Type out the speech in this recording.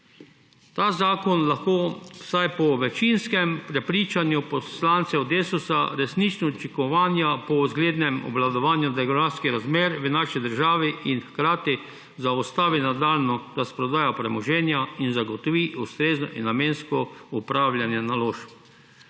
Ta zakon lahko vsaj po večinskem prepričanju poslancev Desusa resnično učinkovanja po zglednem obvladovanju demografskih razmer v naši državi in hkrati zaustavi nadaljnjo razprodajo premoženja in zagotovi ustrezno in namensko opravljanje naložb.